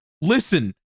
listen